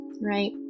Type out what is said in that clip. right